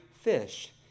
fish